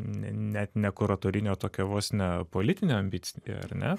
ne net kuratorinė tokia vos ne politinė ambicija ar ne